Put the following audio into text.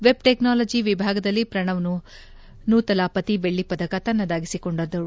web technology ವಿಭಾಗದಲ್ಲಿ ಪ್ರಣವ್ ನೂತಲಾಪತಿ ಬೆಳ್ಳಿ ಪದಕ ತನ್ನದಾಗಿಸಿಕೊಂಡರು